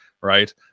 right